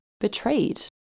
betrayed